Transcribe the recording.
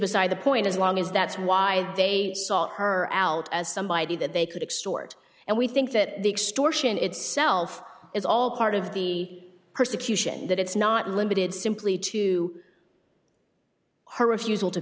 beside the point as long as that's why they sought her out as somebody that they could extort and we think that the extortion itself is all part of the persecution that it's not limited simply to her refusal to